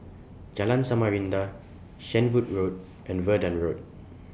Jalan Samarinda Shenvood Road and Verdun Road